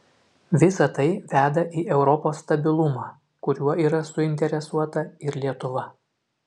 visa tai veda į europos stabilumą kuriuo yra suinteresuota ir lietuva